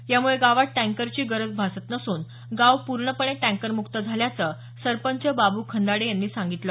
यामुळे गावात टँकरची गरज भासत नसून गाव पूर्णपणे टँकरमुक्त झाल्याचं सरपंच बाबू खंदाडे यांनी सांगितलं